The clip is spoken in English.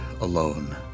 alone